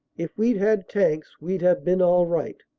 if we'd had tanks we'd have been all right.